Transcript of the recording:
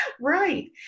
Right